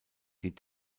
die